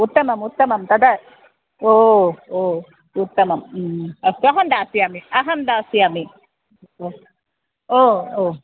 उत्तमम् उत्तमं तदा ओ ओ उत्तमम् अस्तु अहं दास्यामि अहं दास्यामि ओ ओ ओ